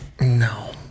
No